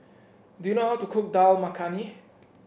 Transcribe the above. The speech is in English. do you know how to cook Dal Makhani